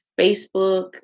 Facebook